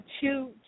two